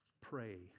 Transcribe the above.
pray